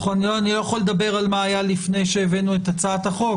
אני לא יכול לדבר על מה שהיה לפני שהבאנו את הצעת החוק,